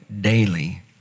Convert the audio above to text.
daily